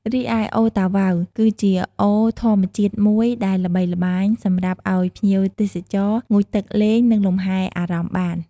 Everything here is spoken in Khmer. រីឯ អូរតាវ៉ៅ គឺជាអូរធម្មជាតិមួយដែលល្បីល្បាញសម្រាប់ឱ្យភ្ញៀវទេសចរ ងូតទឹកលេងនិងលំហែអារម្មណ៍បាន។